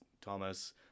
Thomas